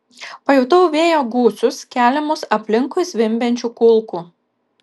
pajutau vėjo gūsius keliamus aplinkui zvimbiančių kulkų